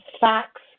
facts